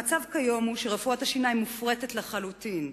המצב כיום הוא, שרפואת השיניים מופרטת לחלוטין.